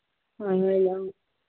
ꯍꯣꯏ ꯍꯣꯏ ꯂꯧ